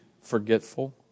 forgetful